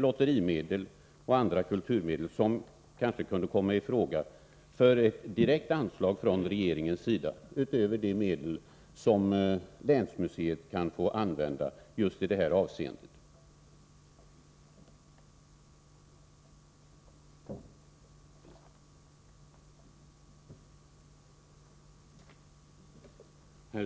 Lotterimedel och andra kulturmedel kunde kanske komma i fråga som ett direkt bidrag från regeringens sida, utöver de medel som länsmuseet i Linköping i just det här avseendet